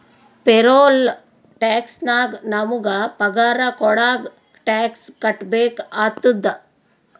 payroll tax ನಾಗ್ ನಮುಗ ಪಗಾರ ಕೊಡಾಗ್ ಟ್ಯಾಕ್ಸ್ ಕಟ್ಬೇಕ ಆತ್ತುದ